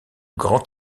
grand